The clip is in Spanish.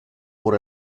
por